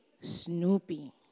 Snoopy